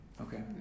okay